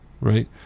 right